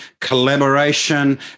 collaboration